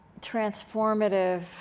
transformative